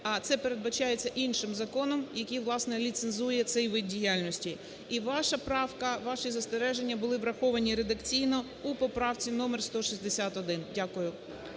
це передбачається іншим законом, який, власне, ліцензує цей вид діяльності. І ваша правка, ваші застереження були враховані редакційно у поправці номер 161. Дякую.